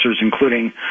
including